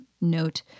note